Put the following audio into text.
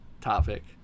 topic